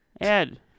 Ed